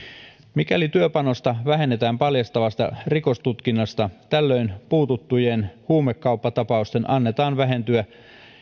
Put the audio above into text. mikäli työpanosta vähennetään paljastavasta rikostutkinnasta tällöin puututtujen huumekauppatapausten annetaan vähentyä